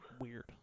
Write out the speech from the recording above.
weird